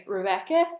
Rebecca